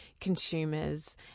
consumers